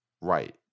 Right